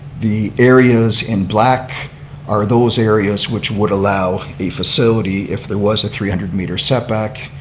the areas in black are those areas which would allow a facility, if there was a three hundred meter set back,